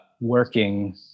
working